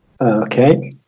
okay